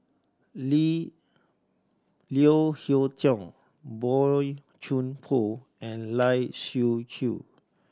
Leo Hee Tong Boey Chuan Poh and Lai Siu Chiu